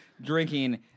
drinking